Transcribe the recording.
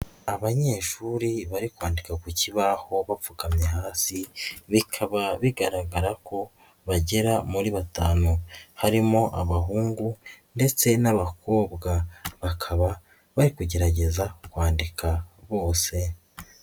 Abanyeshuri bari kwandika ku kibaho bapfukamye hasi bikaba bigaragara ko bagera muri batanu harimo abahungu ndetse n'abakobwa, bakaba bari kugerageza kwandika bose.